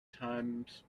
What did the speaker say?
times